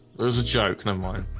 there's a joke an um um